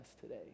today